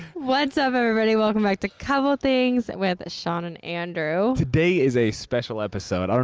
what's up everybody? welcome back to couple things with shawn and andrew. today is a special episode. i mean